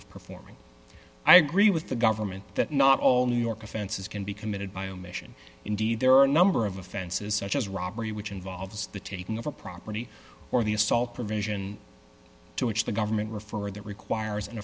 of performing i agree with the government that not all new york offenses can be committed by omission indeed there are a number of offenses such as robbery which involves the taking of a property or the assault provision to which the government referred that requires an